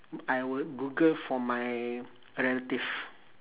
I would google for my relative